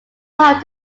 home